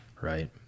right